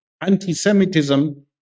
Anti-Semitism